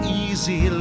easy